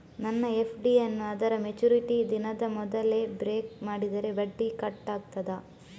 ನನ್ನ ಎಫ್.ಡಿ ಯನ್ನೂ ಅದರ ಮೆಚುರಿಟಿ ದಿನದ ಮೊದಲೇ ಬ್ರೇಕ್ ಮಾಡಿದರೆ ಬಡ್ಡಿ ಕಟ್ ಆಗ್ತದಾ?